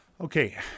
Okay